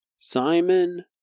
Simon